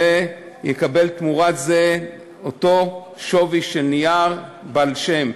ויקבל תמורת זה אותו שווי של נייר בעל שם,